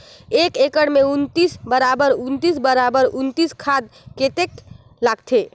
एक एकड़ मे उन्नीस बराबर उन्नीस बराबर उन्नीस खाद कतेक लगथे?